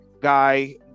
guy